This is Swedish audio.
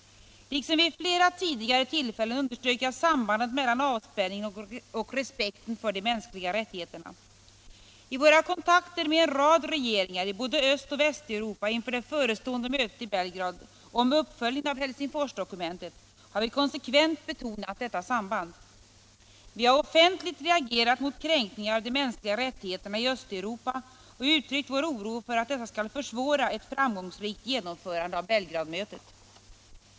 Liksom vid flera tidigare tillfällen underströk jag sambandet mellan avspänningen och respekten för de mänskliga rättigheterna. I våra kontakter med en rad regeringar i både Östoch Västeuropa inför det förestående mötet i Belgrad om uppföljningen av Helsingforsdokumentet har vi konsekvent betonat detta samband. Vi har offentligt reagerat mot kränkningar av de mänskliga rättigheterna i Östeuropa och uttryckt vår oro för att dessa skall försvåra ett framgångsrikt genomförande av Belgradmötet.